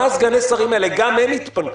גם הם יתפטרו.